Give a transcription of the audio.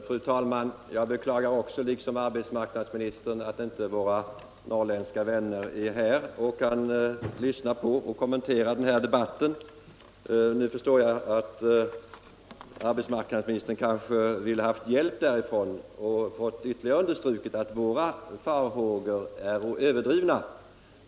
Fru talman! Jag beklagar liksom arbetsmarknadsministern att inte våra norrländska vänner är närvarande så att de kan lyssna på den här debatten och kommentera den. Nu förstår jag att arbetsmarknadsministern kanske hade velat ha hjälp därifrån för att få ytterligare understruket att våra farhågor är överdrivna.